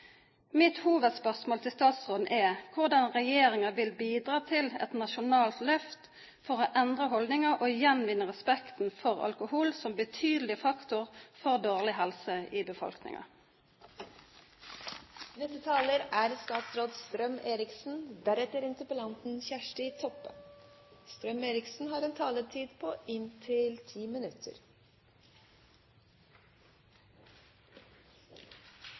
Mitt hovedspørsmål til statsråden er hvordan regjeringen vil bidra til et nasjonalt løft for å endre holdninger og gjenvinne respekten for alkohol som betydelig faktor for dårlig helse i